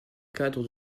cadre